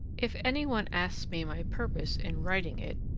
if any one asks me my purpose in writing it,